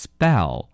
Spell